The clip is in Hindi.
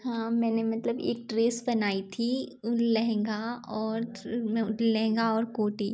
हाँ मैंने मतलब एक ड्रेस बनाई थी लहंगा और लहंगा और कोटी